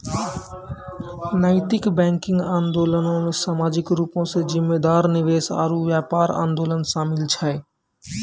नैतिक बैंकिंग आंदोलनो मे समाजिक रूपो से जिम्मेदार निवेश आरु व्यापार आंदोलन शामिल छै